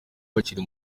bakiri